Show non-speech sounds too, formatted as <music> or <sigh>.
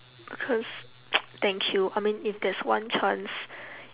because <noise> thank you I mean if there's one chance